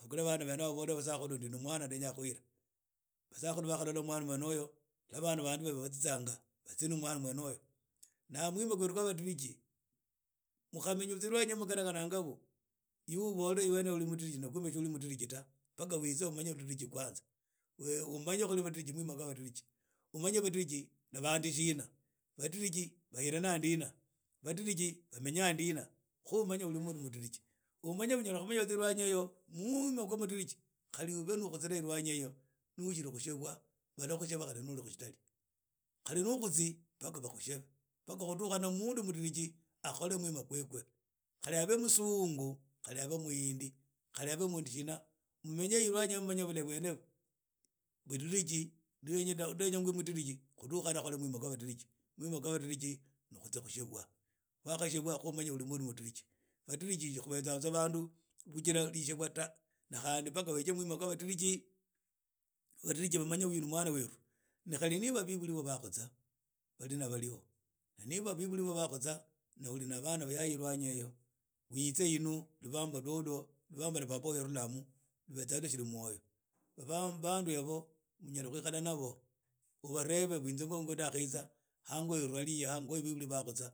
Abukhuke bana bene aba ababole basaskhulu ndi no mwana ndenya khuhila basakhulu bakhalolala mwana wene oyo lwa bana bandi batsitsanga batsie nu mwna wene uyu naa mwima khweru khwa badiriji mukhamenya tsa irwanyi mughanakhanaga yivbe ubole ibe ni mudiriji kumbe ibe nu mudiriji ta mapaka witse umanye ludiliji kwanza umanye khili badiriji mwima khwa badiriji umanye badiriji ni bandu shina badiriji bahirina ndin abadiriji bamenya ndina khu umanye oli mundu mudiriji umanye unyala khuba tsa ilwanyi eyo munwa khwa badiriji khali na ukhutsire elwanyi eyo ni ohili khushebwa bala khusheba khali ni oli khusitali ni okuzi mpaka bakhushebe khudukhana umundu mudiriji akhole mwima khwekhwe kali abe musngu khali abe muhindi khali abe mundu shina mumenye elwanyi eyo mumanyi bulahi bwene idiriji ni ndenya mbe mudiriji khudukha mbe nu mwima khwa badiriji na mwima khwa badiriji ni khushebwa ni bakhashebwa khu umanye uli mundu mudiriji badiriji khubetsa btsa bandu bujira khushebwa da khandi mpaka wige mwima khwa badiriji badiriji bamanye uyu ni mwna weru na khali niba bebuli bobo bakhosana balina bali ho na niba bebuli bobo bakhosana na uli nab ana bayaye elwanyi eyo witse yinu lubambo lwolwo lubambo lwa baba wowo ya rhula mu rushili mwoyo bandu yabo unyala khwikhala nabo ubarebe inze khu ndakhitsa hango heru hali yaha na bebuli bakhosana